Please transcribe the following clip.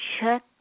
check